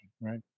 Right